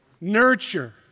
nurture